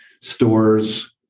stores